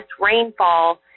rainfall